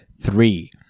three